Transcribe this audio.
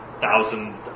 thousand